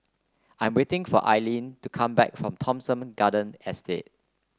I am waiting for Aleen to come back from Thomson Garden Estate